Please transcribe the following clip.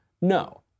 No